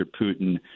Putin